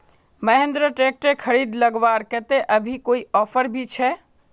Mahindra tractor खरीद लगवार केते अभी कोई ऑफर भी छे?